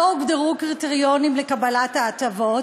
לא הוגדרו קריטריונים לקבלת ההטבות,